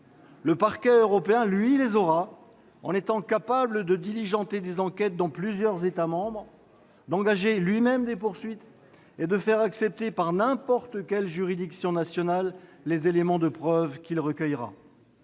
le Parquet européen, lui, les aura : il pourra diligenter des enquêtes dans plusieurs États membres, engager lui-même des poursuites et faire accepter par n'importe quelle juridiction nationale les éléments de preuves qu'il recueillera.